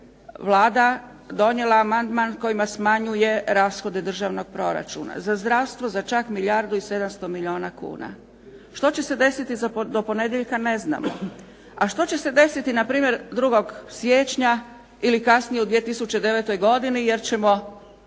Vlada donijela amandman kojim smanjuje rashode državnog proračuna za zdravstvo za čak milijardu i 700 milijuna kuna. Što će se desiti do ponedjeljka ne znamo. A što će se desiti na primjer 2. siječnja ili kasnije u 2009. godini jer ćemo